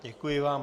Děkuji vám.